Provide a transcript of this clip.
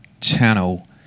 channel